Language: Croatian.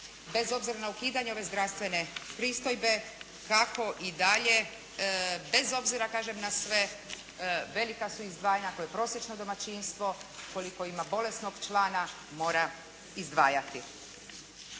bez obzira na ukidanje ove zdravstvene pristojbe kako i dalje bez obzira kažem na sve velika su izdvajanja koja prosječno domaćinstvo ukoliko ima bolesnog člana mora izdvajati.